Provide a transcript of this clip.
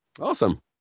Awesome